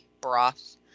broth